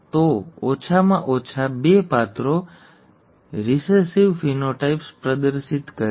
તો ઓછામાં ઓછા બે પાત્રો રિસેસિવ ફેનોટાઇપ્સ પ્રદર્શિત કરે છે